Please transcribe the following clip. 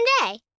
day